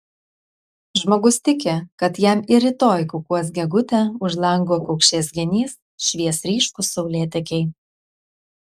žmogus tiki kad jam ir rytoj kukuos gegutė už lango kaukšės genys švies ryškūs saulėtekiai